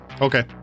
Okay